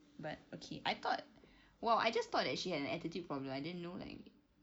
but okay I thought !wow! I just thought that she had an attitude problem I didn't know like